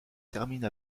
terminent